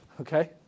Okay